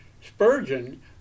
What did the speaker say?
Spurgeon